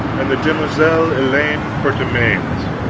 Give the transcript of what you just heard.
and the demoiselle elaine courtemains,